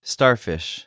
Starfish